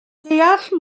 deall